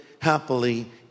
happily